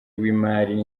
w’imali